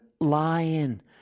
lion